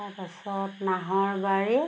তাৰপাছত নাহৰবাৰী